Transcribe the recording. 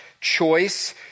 choice